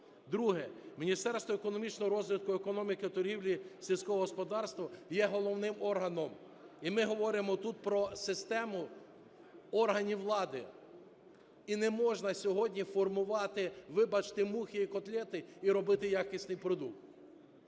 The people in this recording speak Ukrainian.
Друге. Міністерство економічного розвитку економіки, торгівлі і сільського господарства є головним органом, і ми говоримо тут про систему органів влади. І не можна сьогодні формувати, вибачте, "мухи і котлети" і робити якісний продукт.